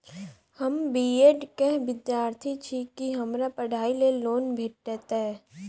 हम B Ed केँ विद्यार्थी छी, की हमरा पढ़ाई लेल लोन भेटतय?